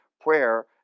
prayer